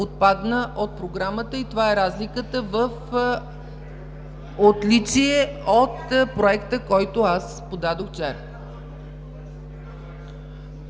отпадна от Програмата. Това е разликата в отличие от проекта, който аз подадох вчера.